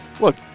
look